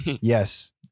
Yes